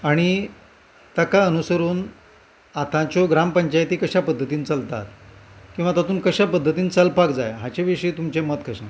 आनी ताका अनुसरून आतांच्यो ग्रामपंचायती कश्या पद्दतीन चलतात किंवां तांतून कश्या पद्दतीन चलपाक जाय हाचे विशयी तुमचें मत कशें